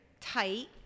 tight